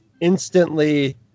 instantly